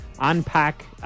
unpack